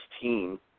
team